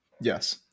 Yes